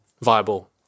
viable